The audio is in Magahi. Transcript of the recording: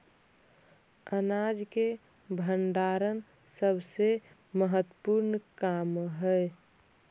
अनाज के भण्डारण सबसे महत्त्वपूर्ण काम हइ